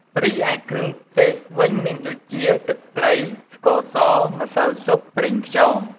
រីឯគ្រឿងទេសវិញមានដូចជា ទឹកត្រី ស្ករស ម្សៅស៊ុប ប្រេងខ្យង។